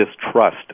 distrust